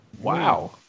Wow